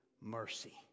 Mercy